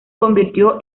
convirtió